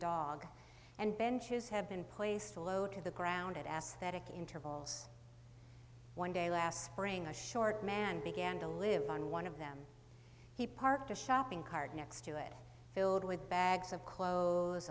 dog and benches have been placed a low to the ground at aesthetic intervals one day last spring a short man began to live on one of them he parked a shopping cart next to it filled with bags of clothes